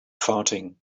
farting